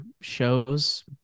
shows